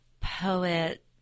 poet